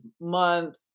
month